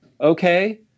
okay